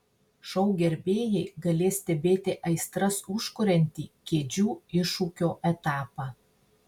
šou gerbėjai galės stebėti aistras užkuriantį kėdžių iššūkio etapą